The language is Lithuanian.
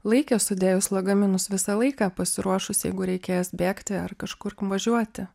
laikė sudėjus lagaminus visą laiką pasiruošus jeigu reikės bėgti ar kažkur važiuoti